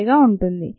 35 గా ఉంటుంది